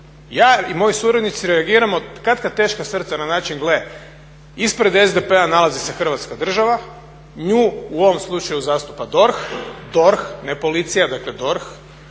Ja i moji suradnici reagiramo katkad teška srca na način gle, ispred SDP-a nalazi se Hrvatska država, nju u ovom slučaju zastupa DORH ne policija dakle DORH